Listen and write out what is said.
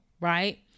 right